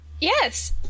Yes